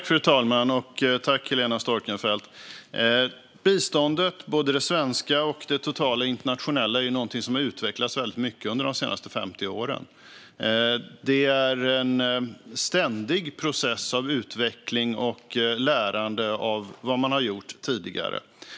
Fru talman! Biståndet, både det svenska och det totala internationella, är någonting som har utvecklats väldigt mycket under de senaste 50 åren. Det är en ständig process av utveckling och lärande av vad man har gjort tidigare.